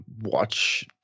watch